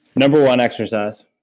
number one, exercise.